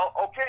okay